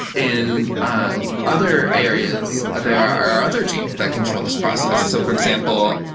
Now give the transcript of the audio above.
in other areas, there are other genes that control this process. so for example,